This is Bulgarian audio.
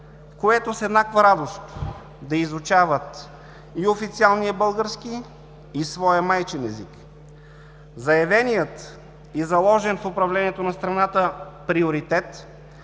което с еднаква радост да изучават и официалния български, и своя майчин език. Заявеният и заложен в управлението на страната приоритет